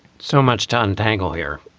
so much to untangle here.